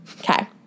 Okay